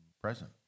present